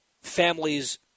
families